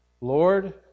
Lord